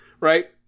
right